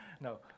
No